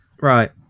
Right